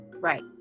Right